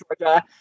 Georgia